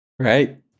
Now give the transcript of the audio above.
Right